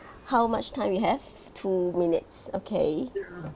how much time we have two minutes okay